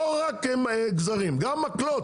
לא רק עם גזרים, גם מקלות.